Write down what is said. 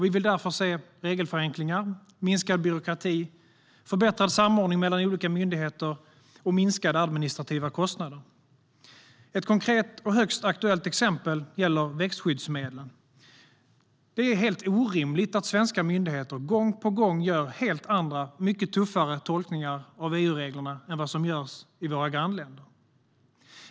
Vi vill därför se regelförenklingar, minskad byråkrati, förbättrad samordning mellan olika myndigheter och minskade administrativa kostnader. Ett konkret och högst aktuellt exempel gäller växtskyddsmedlen. Det är helt orimligt att svenska myndigheter gång på gång gör helt andra, mycket tuffare, tolkningar av EU-reglerna än vad som görs i våra grannländer.